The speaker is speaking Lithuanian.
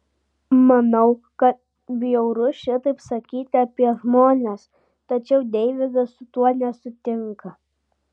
manau kad bjauru šitaip sakyti apie žmones tačiau deividas su tuo nesutinka